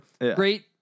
Great